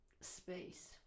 Space